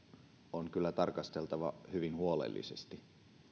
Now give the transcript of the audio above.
on kyllä tarkasteltava hyvin huolellisesti